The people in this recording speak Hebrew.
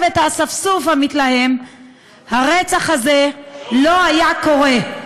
את האספסוף המתלהם הרצח הזה לא היה קורה.